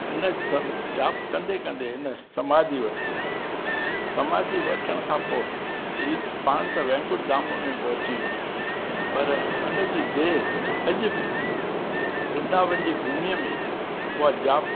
इन जप जाप कंदे कंदे इन समाधि वरती समाधि वठण खां पोइ हे पाण त बैकुंठ धाम में पहुची वियो पर उन जी देह अॼु बि वृंदावन जी भूमीअ में उहा जाप